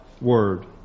Word